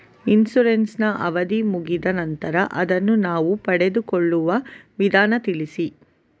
Insurance ನ ಅವಧಿ ಮುಗಿದ ನಂತರ ಅದನ್ನು ನಾವು ಪಡೆದುಕೊಳ್ಳುವ ವಿಧಾನ ತಿಳಿಸಿ?